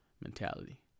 mentality